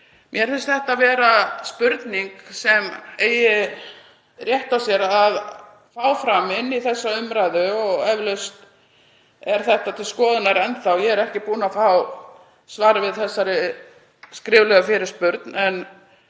Mér finnst þetta vera spurning sem á rétt á að koma inn í þessa umræðu og eflaust er þetta til skoðunar enn þá. Ég er ekki búin að fá svar við þessari skriflegu fyrirspurn en